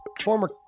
former